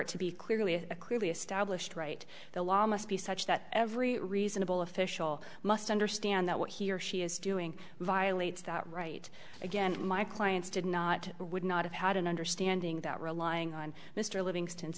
it to be clearly a clearly established right the law must be such that every reasonable official must understand that what he or she is doing violates that right again my clients did not would not have had an understanding that relying on mr living